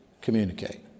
communicate